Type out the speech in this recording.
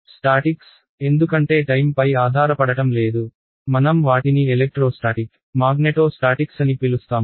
statics ఎందుకంటే time పై ఆధారపడటం లేదు మనం వాటిని ఎలెక్ట్రోస్టాటిక్ మాగ్నెటో స్టాటిక్స్ అని పిలుస్తాము